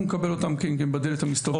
אנחנו נקבל אותם בדלת המסתובבת.